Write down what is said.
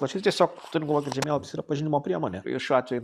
o šiaip tiesiog turint galvoj kad žemėlapis yra pažinimo priemonė ir šiuo atveju